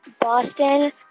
Boston